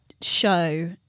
show